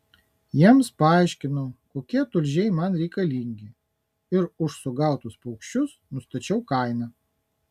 jiems paaiškinau kokie tulžiai man reikalingi ir už sugautus paukščius nustačiau kainą